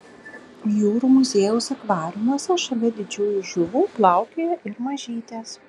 jūrų muziejaus akvariumuose šalia didžiųjų žuvų plaukioja ir mažytės